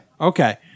Okay